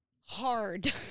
hard-